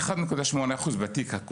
וזה לא